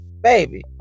baby